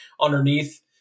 underneath